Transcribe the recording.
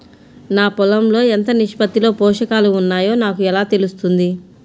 నా పొలం లో ఎంత నిష్పత్తిలో పోషకాలు వున్నాయో నాకు ఎలా తెలుస్తుంది?